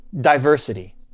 diversity